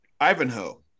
Ivanhoe